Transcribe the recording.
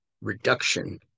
reduction